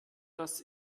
dass